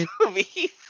movies